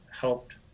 helped